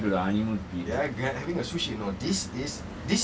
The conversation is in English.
you are referring to the honeymoon period